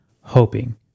hoping